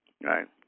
Right